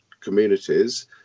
communities